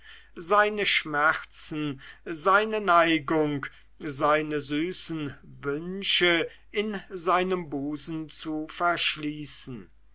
seine schmerzen seine neigung seine süßen wünsche in seinem busen zu verschließen